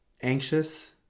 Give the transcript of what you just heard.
anxious